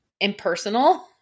impersonal